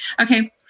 Okay